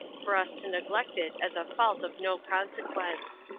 for us to neglect it as a fault of no consequence.